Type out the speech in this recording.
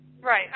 right